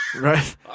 Right